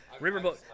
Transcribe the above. riverboat